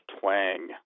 twang